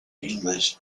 english